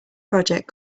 project